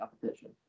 competition